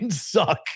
suck